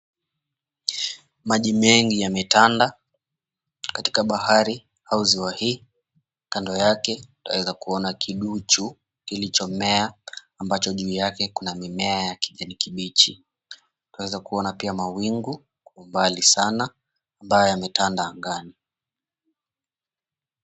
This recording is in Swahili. Maji mengi yametanda katika bahari au ziwa hii kando yake waeza kuona kiduchu kilicho mea ambacho juu yake kuna mimea ya kijane kibichi . Waweza kuonana pia mawingu kwa umbali sana ambayo yametanda angani.